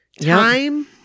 time